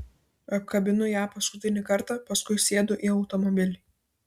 apkabinu ją paskutinį kartą paskui sėdu į automobilį